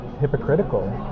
hypocritical